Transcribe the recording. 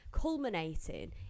culminating